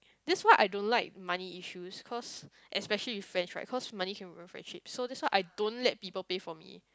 that's what I don't like money issue cause especially with friends right cause money can ruin friendships so that's why I don't let people pay for me